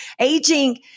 Aging